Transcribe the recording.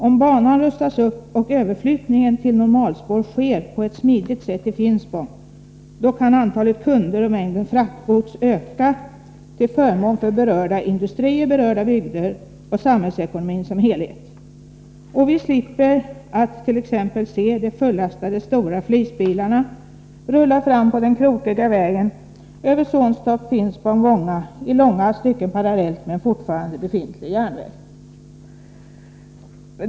Om banan upprustas och överflyttningen till normalspår sker på ett smidigt sätt i Finspång, kan antalet kunder och mängden fraktgods öka till förmån för berörda industrier och bygder samt samhällsekonomin som helhet. Vi slipper också att t.ex. se de fullastade stora flisbilarna rulla fram på den krokiga vägen Sonstorp Finspång-Vånga, i långa stycken parallellt med fortfarande befintlig järnväg.